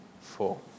four